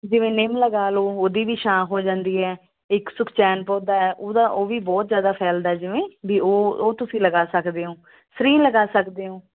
ਜਿਵੇਂ ਨਿੰਮ ਲਗਾ ਲਓ ਉਹਦੀ ਵੀ ਛਾਂ ਹੋ ਜਾਂਦੀ ਹੈ ਇੱਕ ਸੁਖਚੈਨ ਪੌਦਾ ਹੈ ਉਹਦਾ ਉਹ ਵੀ ਬਹੁਤ ਜ਼ਿਆਦਾ ਫੈਲਦਾ ਜਿਵੇਂ ਬਈ ਉਹ ਤੁਸੀਂ ਲਗਾ ਸਕਦੇ ਹੋ ਫਰੀ ਲਗਾ ਸਕਦੇ ਹੋ